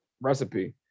recipe